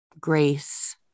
grace